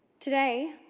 today,